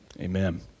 Amen